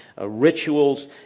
rituals